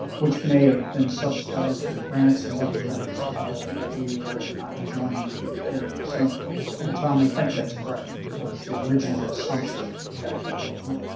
which may have been subsidized through grants and other things that we really are not enjoying through here, so and tom, i think that's correct. was the original assumption back then, wasn't it?